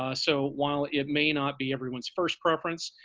ah so while it may not be everyone's first preference,